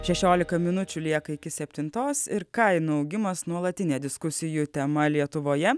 šešiolika minučių lieka iki septintos ir kainų augimas nuolatinė diskusijų tema lietuvoje